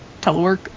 telework